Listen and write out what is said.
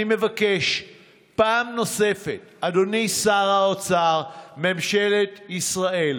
אני מבקש פעם נוספת: אדוני שר האוצר, ממשלת ישראל,